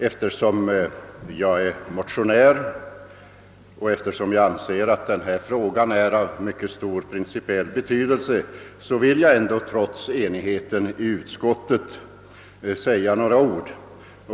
Eftersom jag är motionär och eftersom jag anser att denna fråga har mycket stor principiell betydelse, vill jag trots enigheten i utskottet säga några ord.